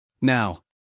Now